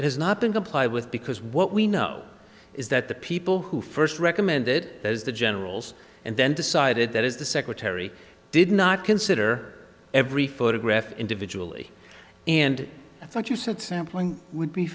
it has not been complied with because what we know is that the people who first recommended as the generals and then decided that is the secretary did not consider every photograph individually and i thought you said sampling would be